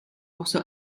also